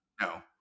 No